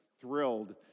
thrilled